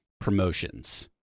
promotions